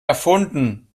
erfunden